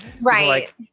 right